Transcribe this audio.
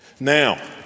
Now